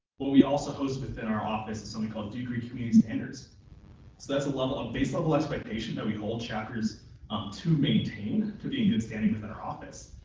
what we also host within our office is something called duke greek community standards. so that's a level of base-level expectation that we hold chapters um to maintain to be in good standing within our office,